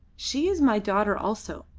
she is my daughter also.